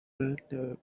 unraveled